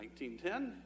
1910